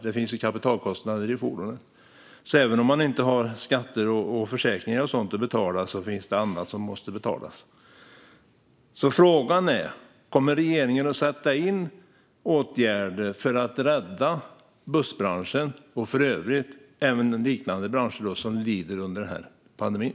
Det finns kapitalkostnader i fordonet, så även om man inte har skatter och försäkringar och sådant att betala finns det annat som måste betalas. Frågan är: Kommer regeringen att sätta in åtgärder för att rädda bussbranschen och liknande branscher som lider under pandemin?